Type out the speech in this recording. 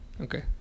okay